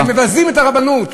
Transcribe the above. אתם מבזים את הרבנות.